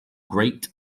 great